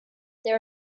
there